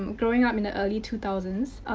um growing up in the early two thousand s,